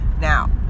Now